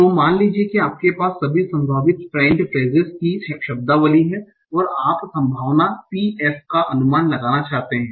तो मान लीजिए कि आपके पास सभी संभावित फ़्रेंच फ़्रेजेस की शब्दावली है और आप संभावना p f का अनुमान लगाना चाहते हैं